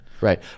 Right